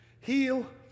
Heal